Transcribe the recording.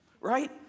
right